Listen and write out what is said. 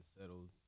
settled